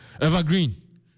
evergreen